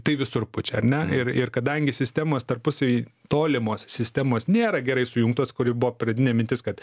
tai visur pučia ar ne ir ir kadangi sistemos tarpusavy tolimos sistemos nėra gerai sujungtos kuri buvo pradinė mintis kad